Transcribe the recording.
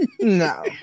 No